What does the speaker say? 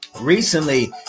recently